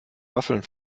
waffeln